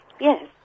Yes